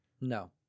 No